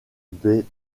des